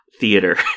theater